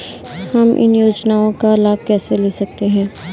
हम इन योजनाओं का लाभ कैसे ले सकते हैं?